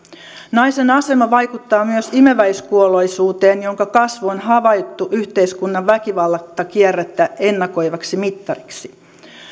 naisen asema vaikuttaa myös imeväiskuolleisuuteen jonka kasvu on havaittu yhteiskunnan väkivaltakierrettä ennakoivaksi mittariksi